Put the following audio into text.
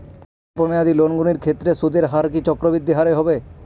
স্বল্প মেয়াদী লোনগুলির ক্ষেত্রে সুদের হার কি চক্রবৃদ্ধি হারে হবে?